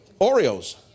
Oreos